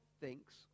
thinks